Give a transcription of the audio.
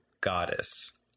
goddess